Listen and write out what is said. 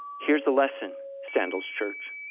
here's the lesson sandals church,